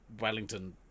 wellington